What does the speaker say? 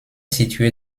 située